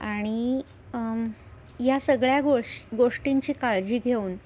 आणि या सगळ्या गोष गोष्टींची काळजी घेऊन